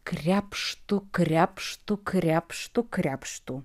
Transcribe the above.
krepštu krepštu krepštu krepštu